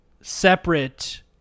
separate